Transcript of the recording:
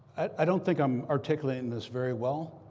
i don't think i'm articulating this very well,